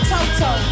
Toto